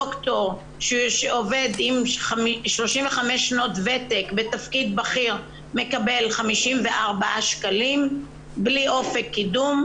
דוקטור שעובד עם 35 שנות ותק בתפקיד בכיר מקבל 54 שקלים בלי אופק קידום,